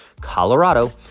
Colorado